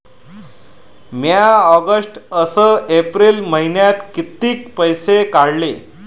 म्या ऑगस्ट अस एप्रिल मइन्यात कितीक पैसे काढले?